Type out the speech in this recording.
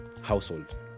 household